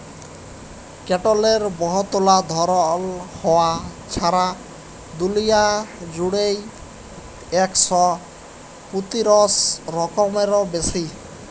কটলের বহুতলা ধরল হ্যয়, ছারা দুলিয়া জুইড়ে ইক শ পঁয়তিরিশ রকমেরও বেশি